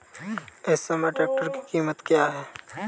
इस समय ट्रैक्टर की कीमत क्या है?